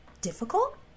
difficult